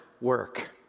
work